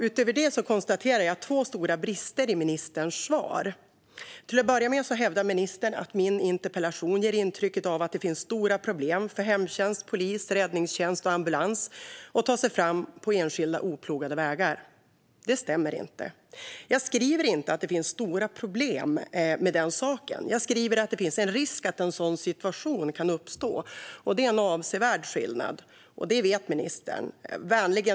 Utöver det konstaterar jag att det finns två stora brister i ministerns svar. Den första är att ministern hävdar att min interpellation ger intryck av att det finns stora problem för hemtjänst, polis, räddningstjänst och ambulans att ta sig fram på enskilda oplogade vägar. Det stämmer inte. Jag skriver inte att det finns stora problem med den saken. Jag skriver att det finns en risk att en sådan situation kan uppstå. Det är en avsevärd skillnad, och det vet ministern.